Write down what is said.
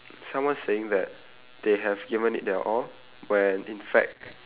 someone saying that they have given it their all when in fact